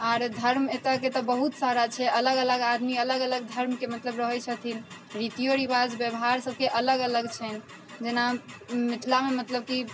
आर धर्म एतऽके तऽ बहुत सारा छै अलग अलग आदमी अलग अलग धर्मके मतलब रहैत छथिन रीतियो रीवाज व्यवहार सबके अलग अलग छनि जेना मिथिलामे मतलब कि